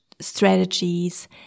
strategies